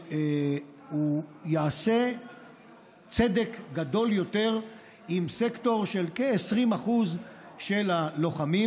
שיעשה צדק גדול יותר עם סקטור של כ-20% של הלוחמים,